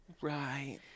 Right